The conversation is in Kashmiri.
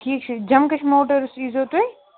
ٹھیٖک چھُ جَمکَش موٹٲرٕس ییٖزیو تُہۍ